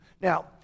Now